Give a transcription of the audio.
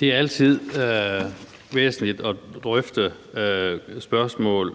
Det er altid væsentligt at drøfte spørgsmål